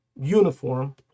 uniform